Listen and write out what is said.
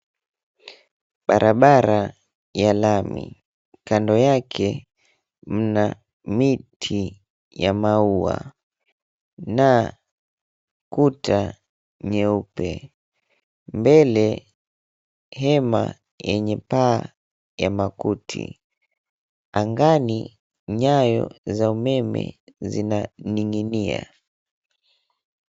Barabara ya lami. Kando yake mna miti ya maua na kuta nyeupe, mbele hema yenye paa ya makuti. Angani nyaya za umeme zinaning'inia.